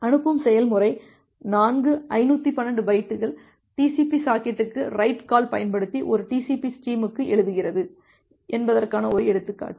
அனுப்பும் செயல்முறை நான்கு 512 பைட்டுகள் TCP சாக்கெட்டுக்கு ரைட் கால் பயன்படுத்தி ஒரு TCP ஸ்ட்ரீமுக்கு எழுதுகிறது என்பதற்கான ஒரு எடுத்துக்காட்டு